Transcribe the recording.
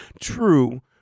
True